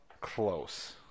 Close